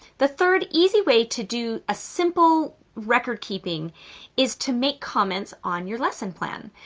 the third easy way to do ah simple record keeping is to make comments on your lesson plan.